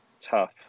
tough